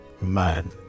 man